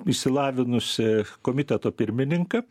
išsilavinusį komiteto pirmininką